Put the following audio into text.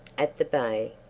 at the bay.